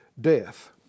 death